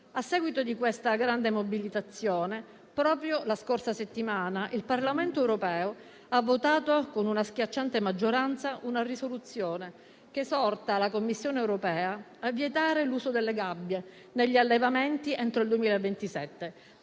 A seguito di questa grande mobilitazione, proprio la scorsa settimana, il Parlamento europeo ha votato con una schiacciante maggioranza una risoluzione che esorta la Commissione europea a vietare l'uso delle gabbie negli allevamenti entro il 2027,